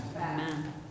Amen